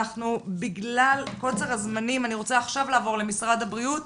בגלל קוצר הזמנים אני רוצה עכשיו לעבור למשרד הבריאות,